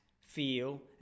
feel